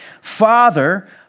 Father